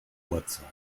uhrzeit